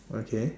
okay